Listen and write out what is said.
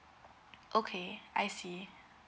okay I see